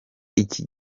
iki